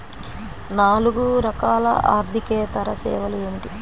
నాలుగు రకాల ఆర్థికేతర సేవలు ఏమిటీ?